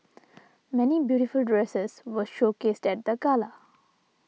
many beautiful dresses were showcased at the gala